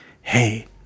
Hey